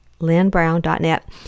LynnBrown.net